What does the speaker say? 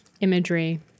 imagery